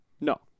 No